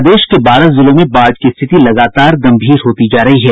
प्रदेश के बारह जिलों में बाढ़ की स्थिति लगातार गंभीर होती जा रही है